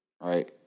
right